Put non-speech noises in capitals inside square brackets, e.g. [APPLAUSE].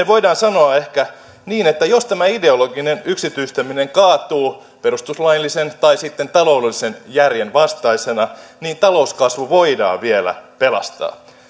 [UNINTELLIGIBLE] voidaan sanoa ehkä niin että jos tämä ideologinen yksityistäminen kaatuu perustuslaillisen tai sitten taloudellisen järjen vastaisena niin talouskasvu voidaan vielä pelastaa